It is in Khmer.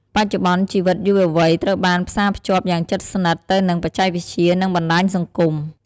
បច្ចុប្បន្ន ជីវិតយុវវ័យត្រូវបានផ្សារភ្ជាប់យ៉ាងជិតស្និទ្ធទៅនឹងបច្ចេកវិទ្យា និងបណ្ដាញសង្គម។